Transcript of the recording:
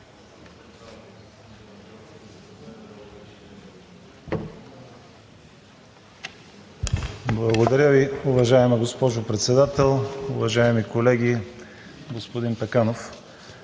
Благодаря Ви, госпожо Председател. Уважаеми колеги, господин Пеканов,